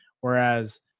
Whereas